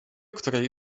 której